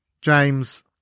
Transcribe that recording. James